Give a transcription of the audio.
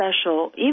special